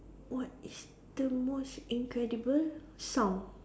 what is the most incredible sound